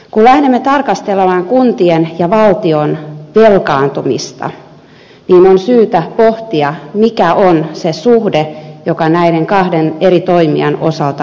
kun lähdemme tarkastelemaan kuntien ja valtion velkaantumista niin on syytä pohtia mikä on se suhde joka näiden kahden eri toimijan osalta tulee olla